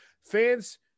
fans